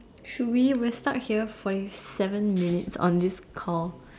should we we're stuck here forty seven minutes on this call